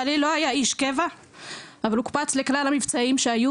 בעלי לא היה איש קבע אבל הוקפץ לכלל המבצעים שהיו,